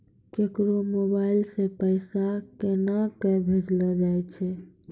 केकरो मोबाइल सऽ पैसा केनक भेजलो जाय छै?